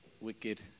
wicked